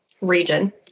region